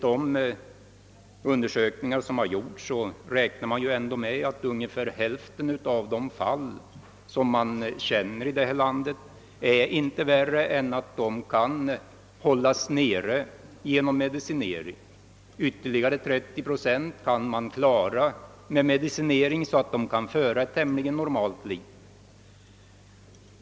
De undersökningar som har gjorts har visat att ungefär hälften av de fall som man känner till i detta land inte är värre än att sjukdomen kan hållas nere genom medicinering. Ytterligare 30 procent av fallen kan man klara med medicinering så att de sjuka kan föra ett tämligen normalt liv.